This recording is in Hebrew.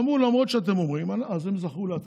אמרו: למרות שאתם אומרים, אז הם זכו להתקפות.